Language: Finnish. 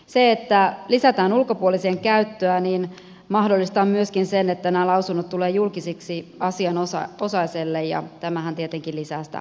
se että lisätään ulkopuolisen käyttöä mahdollistaa myöskin sen että nämä lausunnot tulevat julkisiksi asianosaiselle ja tämähän tietenkin lisää sitä avoimuutta